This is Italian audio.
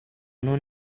non